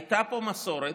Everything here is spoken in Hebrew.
הייתה פה מסורת,